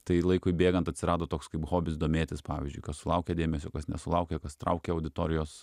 tai laikui bėgant atsirado toks kaip hobis domėtis pavyzdžiui kas sulaukia dėmesio kas nesulaukia kas traukia auditorijos